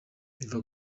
biva